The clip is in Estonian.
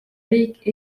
riik